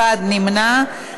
נמנע אחד,